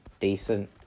decent